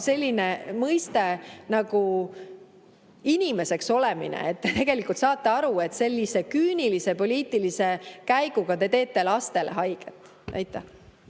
selline mõiste nagu "inimeseks olemine". Tegelikult saate aru, et sellise küünilise poliitilise käiguga te teete lastele haiget. Aitäh!